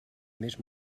més